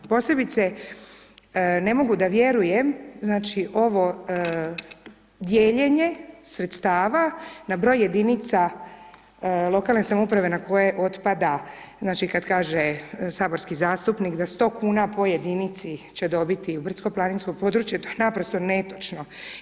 Posebice, ne mogu da vjerujem znači ovo dijeljenje, sredstava, na broj jedinica lokalne samouprave, na koje otpada, znači kada kaže saborski zastupnik za 100 kn po jedinici će dobiti brdsko planinsko područja, to je naprosto netočno.